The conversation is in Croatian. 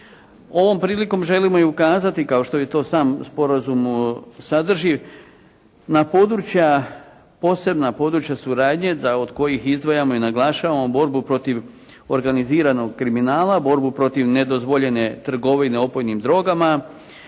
Ovom prilikom želimo ukazati kao što je i to sam sporazum sadrži na područja, posebna područja suradnje od kojih izdvajamo i naglašavamo borbu protiv organiziranog kriminala, borbu protiv nedozvoljene trgovine opojnim drogama,